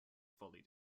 fully